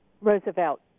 Roosevelt